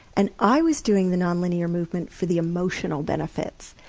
and i was doing the non-linear movement for the emotional benefits.